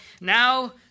now